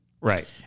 Right